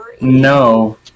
No